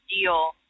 deal